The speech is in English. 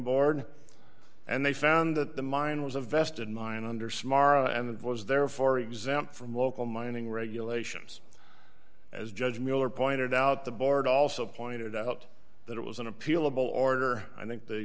board and they found that the mine was a vested mine under smar and avoids therefore exempt from local mining regulations as judge miller pointed out the board also pointed out that it was an appealable order i think the